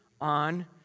on